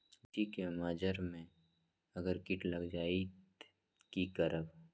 लिचि क मजर म अगर किट लग जाई त की करब?